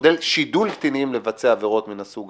בשידול קטינים לבצע עבירות מן הסוג